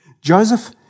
Joseph